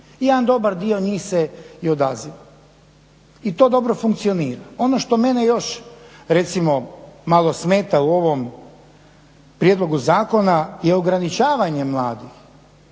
Jedan dobar dio njih se i odazvao i to dobro funkcionira. Ono što mene još, recimo malo smeta u ovom prijedlogu zakona je ograničavanje mladih.